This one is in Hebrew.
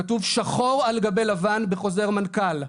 זה כתוב שחור על גבי לבן בחוזר מנכ"ל.